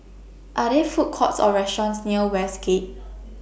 Are There Food Courts Or restaurants near Westgate